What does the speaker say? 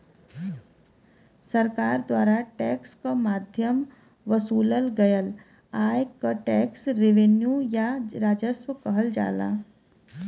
सरकार द्वारा टैक्स क माध्यम वसूलल गयल आय क टैक्स रेवेन्यू या राजस्व कहल जाला